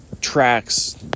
tracks